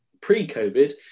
pre-COVID